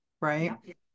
right